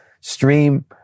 stream